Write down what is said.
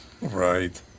Right